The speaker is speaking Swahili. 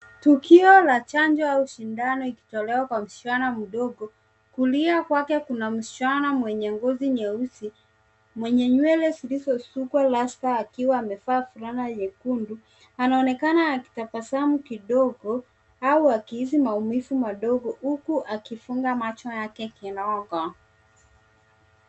Tukio la chanjo au shindano ikitolewa kwa msichana mdogo. Kulia kwake kuna msichana mwenye ngozi nyeusi mwenye nywele zilizosukwa rasta akiwa amevaa fulana nyekundu. Anaonekana akitabasamu kidogo au akihisi maumivu madogo huku akifunga macho yake kidogo.